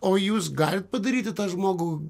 o jūs galit padaryti tą žmogų